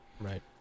right